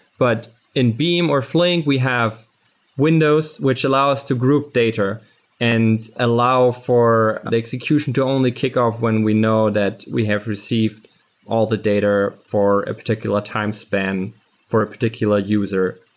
but in beam or flink, we have windows which allow us to group data and allow for the execution to only kickoff when we know that we have received all the data for a particular time span for a particular user.